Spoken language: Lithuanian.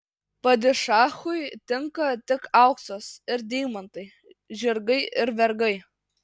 padišachui tinka tik auksas ir deimantai žirgai ir vergai